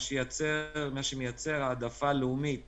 מה שמייצר העדפה לאומית